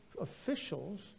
officials